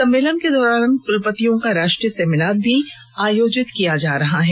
सम्मेलन के दौरान कुलपतियों का राष्ट्रीय सेमिनार भी आयोजित किया जा रहा है